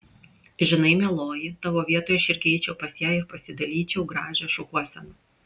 žinai mieloji tavo vietoje aš irgi eičiau pas ją ir pasidalyčiau gražią šukuoseną